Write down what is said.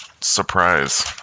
surprise